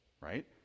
right